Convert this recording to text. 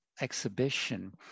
exhibition